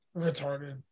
Retarded